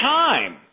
time